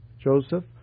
Joseph